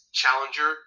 challenger